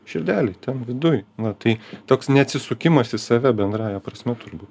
širdelėj ten viduj na tai toks neatsisukimas į save bendrąja prasme turbū